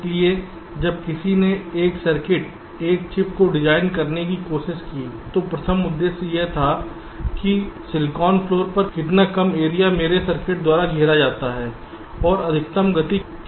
इसलिए जब किसी ने एक सर्किट एक चिप को डिजाइन करने की कोशिश की तो प्रथम उद्देश्य यह था कि चिप सिलिकॉन फ्लोर पर कितना कम एरिया मेरे सर्किट के द्वारा घेरा जाता है और अधिकतम गति कितनी कम है